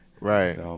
Right